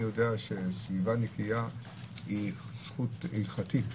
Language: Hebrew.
אני יודע שסביבה נקייה היא זכות הלכתית,